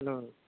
hello